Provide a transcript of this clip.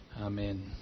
Amen